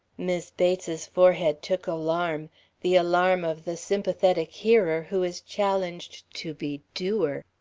mis' bates's forehead took alarm the alarm of the sympathetic hearer who is challenged to be doer.